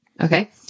Okay